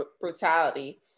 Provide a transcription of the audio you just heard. brutality